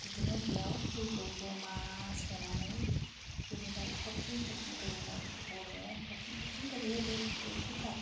बिदिनो बेयाव दैखौ जमा सोनानै बेनिफ्राय थरथिं थरथिं गोग्लैनाय गयो थरथिं थरथिं गोग्लैयो बे फिल्टार